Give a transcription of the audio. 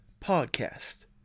Podcast